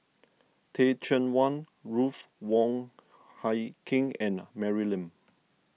Teh Cheang Wan Ruth Wong Hie King and Mary Lim